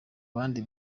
bandi